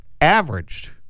averaged